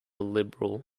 liberal